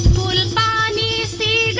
please see